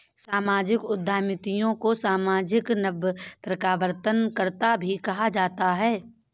सामाजिक उद्यमियों को सामाजिक नवप्रवर्तनकर्त्ता भी कहा जाता है